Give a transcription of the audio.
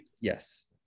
Yes